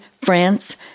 France